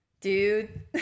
dude